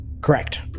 Correct